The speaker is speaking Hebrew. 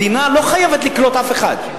מדינה לא חייבת לקלוט אף אחד,